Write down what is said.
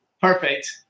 Perfect